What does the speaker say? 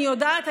אני יודעת.